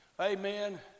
amen